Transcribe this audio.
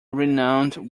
renowned